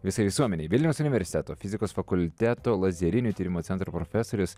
visai visuomenei vilniaus universiteto fizikos fakulteto lazerinių tyrimų centro profesorius